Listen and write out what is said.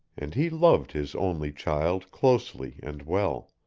and he loved his only child closely and well.